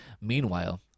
Meanwhile